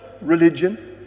religion